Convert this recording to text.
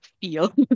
feel